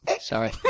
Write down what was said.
Sorry